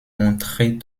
montrer